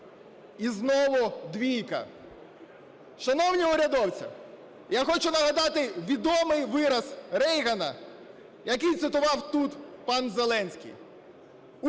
І знову двійка. Шановні урядовці, я хочу нагадати відомий вираз Рейгана, який цитував тут пан Зеленський: